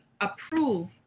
approve